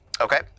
Okay